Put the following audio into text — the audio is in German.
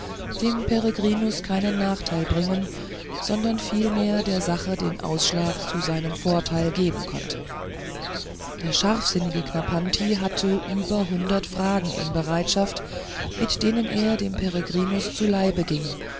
dem peregrinus keinen nachteil bringen sondern vielmehr der sache den ausschlag zu seinem vorteil geben konnte der scharfsinnige knarrpanti hatte über hundert fragen in bereitschaft mit denen er dem peregrinus zu leibe ging